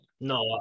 No